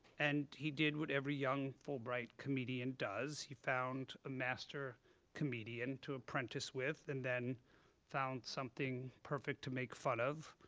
and he did what every young fulbright comedian does. he found a master comedian to apprentice with, and then found something perfect to make fun of,